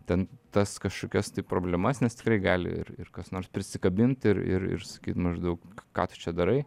ten tas kažkokias problemas nes tikrai gali ir ir kas nors prisikabint ir ir ir sakyt maždaug ką tu čia darai